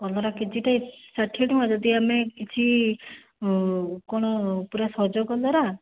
କଲରା କେଜିଟା ଷାଠିଏ ଟଙ୍କା ଯଦି ଆମେ କିଛି କ'ଣ ପୁରା ସଜ କଲରା